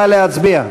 נא להצביע.